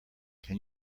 can